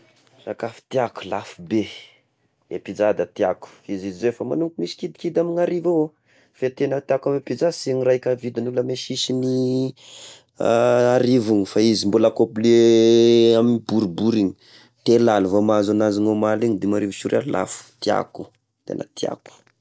Sakafo tiako lafo be, eh pizza da tiako f'izy izy zay da efa manomboky efa misy kidikidy amin'ny arivo eo eo, fa tegna tiako amy pizza tsy igny raha ka raha vidigny manisihisiny arivo igny fa izy mbola complet amy boribory igny, telo aly vao mahazo agnazy noramaly igny, dimy arivo sy roa aly ,lafo tiako tegna tiako.